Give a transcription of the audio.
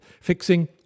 fixing